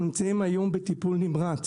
אנחנו נמצאים היום בטיפול נמרץ,